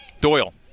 Doyle